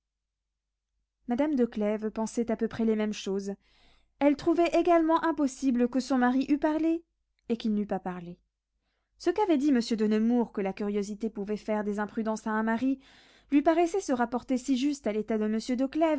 madame de clèves pensait à peu près les mêmes choses elle trouvait également impossible que son mari eût parlé et qu'il n'eût pas parlé ce qu'avait dit monsieur de nemours que la curiosité pouvait faire faire des imprudences à un mari lui paraissait se rapporter si juste à l'état de monsieur